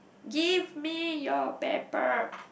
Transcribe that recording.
give me your paper